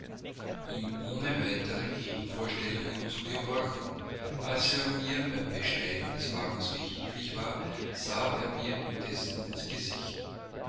ihm ohne weitere gegenvorstellungen zu gehorchen als er mir beim besteigen des wagens behilflich war sah er mir indessen ins gesicht